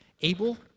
Abel